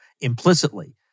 implicitly